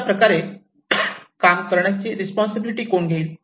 कशा प्रकारचे काम करण्याचे रिस्पॉन्सिबिलिटी कोण घेईल